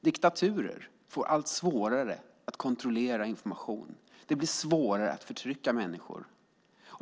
Diktaturer får allt svårare att kontrollera information. Det blir svårare att förtrycka människor.